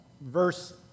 verse